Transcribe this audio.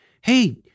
hey